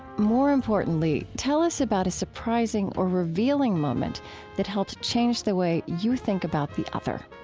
more importantly, tell us about a surprising or revealing moment that helped changed the way you think about the other.